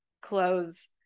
close